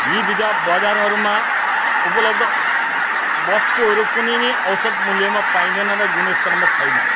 यी बजार बजारहरूमा उपलब्ध वस्तुहरू कुनै पनि औसत मूल्यमा पाइँदैन र गुणस्तरमा छैन